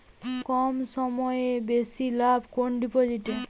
কম সময়ে বেশি লাভ কোন ডিপোজিটে?